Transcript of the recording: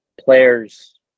players